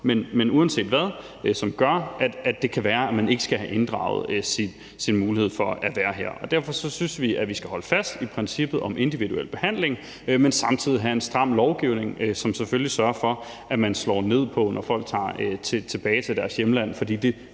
i tanke om dem – som gør, at det kan være, at man ikke skal have inddraget sin mulighed for at være her. Derfor synes vi, at vi skal holde fast i princippet om individuel behandling, men samtidig have en stram lovgivning, som selvfølgelig sørger for, at man slår ned på det, når folk tager tilbage til deres hjemland. For det